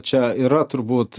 čia yra turbūt